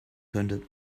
könnte